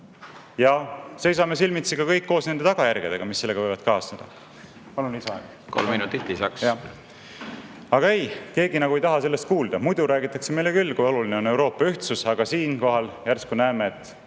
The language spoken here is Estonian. Ja seisame kõik koos silmitsi ka nende tagajärgedega, mis sellega võivad kaasneda." Palun lisaaega. Kolm minutit lisaks. Aga ei, keegi nagu ei taha sellest kuulda. Muidu räägitakse meile küll, kui oluline on Euroopa ühtsus, aga siinkohal järsku näeme, et